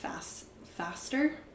faster